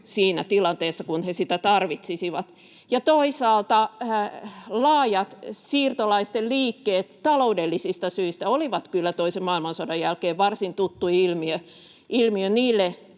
siinä tilanteessa, kun he sitä olisivat tarvinneet. Ja toisaalta laajat siirtolaisten liikkeet taloudellisista syistä olivat kyllä toisen maailmansodan jälkeen varsin tuttu ilmiö niille